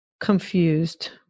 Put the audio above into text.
confused